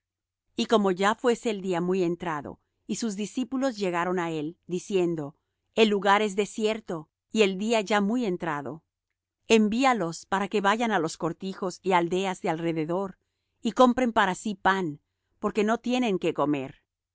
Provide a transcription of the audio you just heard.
y como ya fuese el día muy entrado sus discípulos llegaron á él diciendo el lugar es desierto y el día ya muy entrado envíalos para que vayan á los cortijos y aldeas de alrededor y compren para sí pan porque no tienen qué comer